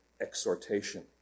exhortation